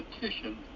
petition